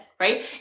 right